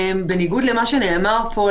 בניגוד למה שנאמר פה,